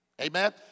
Amen